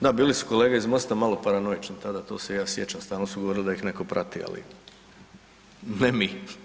Da bili su kolege ih MOST-a malo paranoični tada, to se i ja sjećam stalno su govorili da ih netko prati ali ne mi.